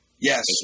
Yes